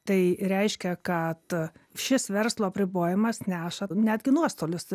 tai reiškia kad šis verslo apribojimas neša netgi nuostolius